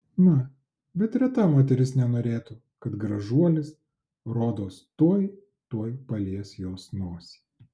na bet reta moteris nenorėtų kad gražuolis rodos tuoj tuoj palies jos nosį